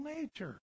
nature